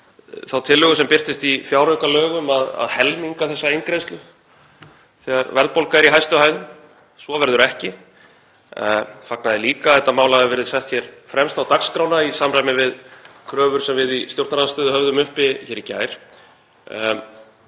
þá tillögu sem birtist í fjáraukalögum að helminga þessa eingreiðslu þegar verðbólga er í hæstu hæðum. Svo verður ekki. Ég fagna því líka að þetta mál hafi verið sett hér fremst á dagskrána í samræmi við kröfur sem við í stjórnarandstöðunni höfðum uppi í gær.